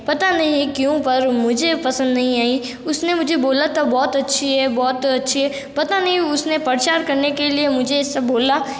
पता नहीं क्यों पर मुझे पसंद नहीं आई उसने मुझे बोला था बहुत अच्छी है बहुत अच्छी है पता नहीं उसने प्रचार करने के लिए मुझे ऐसा बोला